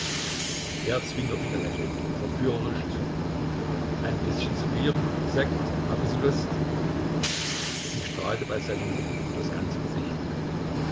er zwinkerte ihr lächelnd verführerisch zu ein bißchen soupieren sekt haben sie lust sie strahlte bei seinen worten über das ganze gesicht